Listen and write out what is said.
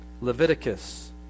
Leviticus